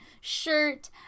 shirt